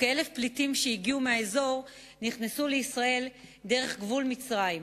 וכ-1,000 פליטים שהגיעו מהאזור נכנסו לישראל דרך גבול מצרים,